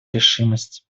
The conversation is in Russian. решимость